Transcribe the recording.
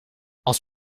als